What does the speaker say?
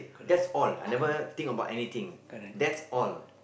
that's all I never think about anything that's all